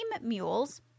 mules